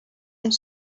ont